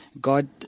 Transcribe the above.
God